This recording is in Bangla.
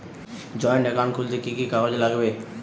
জয়েন্ট একাউন্ট খুলতে কি কি কাগজ লাগবে?